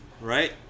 right